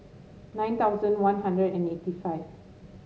nine thousand One Hundred and eighty five